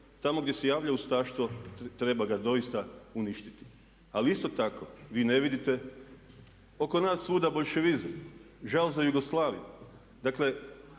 tamo gdje se javlja ustaštvo, treba ga doista uništiti ali isto tako vi ne vidite oko nas svuda boljševizam, žal za Jugoslavijom.